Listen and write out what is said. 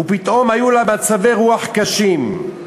ופתאום היו לה מצבי רוח קשים.